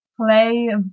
play